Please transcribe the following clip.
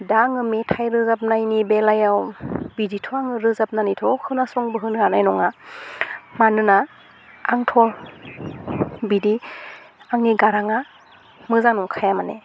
दा आङो मेथाइ रोजाबनायनि बेलायाव बिदिथ' आङो रोजाबनानैथ खोनासंबोहोनो हानाय नङा मानोना आंथ' बिदि आंनि गारांआ मोजां नंखाया माने